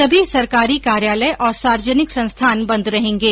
सभी सरकारी कार्यालय और सार्वजनिक संस्थान बंद रहेगें